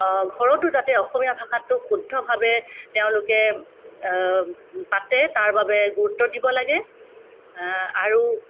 ঘৰতো যাতে অসমীয়া ভাষাটো শুদ্ধভাৱে তেওঁলোকে পাতে তাৰবাবে গুৰুত্ব দিব লাগে আৰু